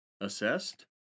assessed